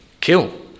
Kill